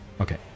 Okay